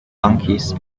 monkeys